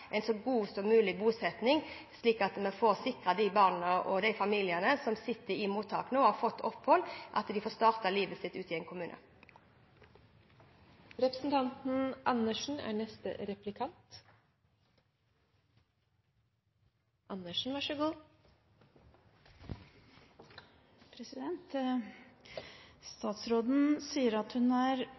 får sikret at barna og familiene som sitter i mottak, og som har fått opphold, får startet livet sitt ute i en kommune. Statsråden sier at hun er misfornøyd med bosettingsarbeidet, men starter med å legge fram et budsjett der det er